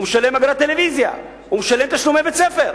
הוא משלם אגרת טלוויזיה, הוא משלם תשלומי בית-ספר.